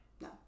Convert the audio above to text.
No